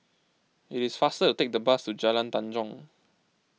it is faster to take the bus to Jalan Tanjong